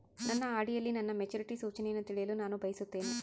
ನನ್ನ ಆರ್.ಡಿ ಯಲ್ಲಿ ನನ್ನ ಮೆಚುರಿಟಿ ಸೂಚನೆಯನ್ನು ತಿಳಿಯಲು ನಾನು ಬಯಸುತ್ತೇನೆ